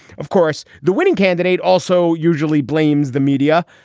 of course, the winning candidate also usually blames the media.